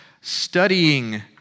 studying